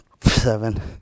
seven